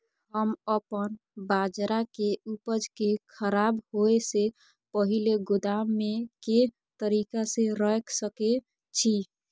हम अपन बाजरा के उपज के खराब होय से पहिले गोदाम में के तरीका से रैख सके छी?